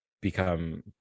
become